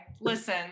listen